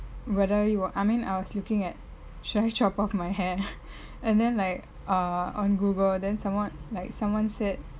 whether you I mean I was looking at should I chop off my hair and then like err on google then someone like someone said